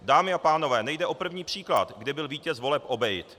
Dámy a pánové, nejde o první příklad, kdy byl vítěz voleb obejit.